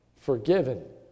Forgiven